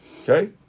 okay